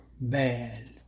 bad